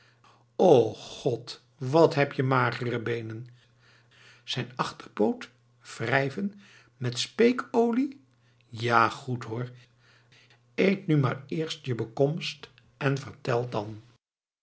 och god wat heb je magere beenen zijn achterpoot wrijven met speekolie ja goed hoor eet nu maar eerst je bekomst en vertel dan